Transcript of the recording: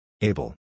Abel